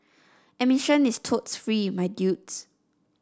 admission is totes free my dudes